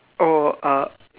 oh uh